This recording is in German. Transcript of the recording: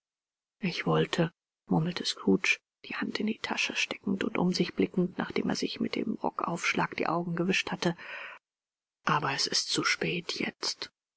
ich wollte murmelte scrooge die hand in die tasche steckend und um sich blickend nachdem er sich mit dem rockaufschlag die augen gewischt hatte aber es ist zu spät jetzt